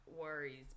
worries